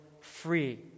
free